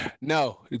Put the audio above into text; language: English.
no